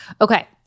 Okay